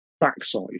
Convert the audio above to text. backside